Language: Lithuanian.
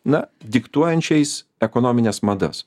na diktuojančiais ekonomines madas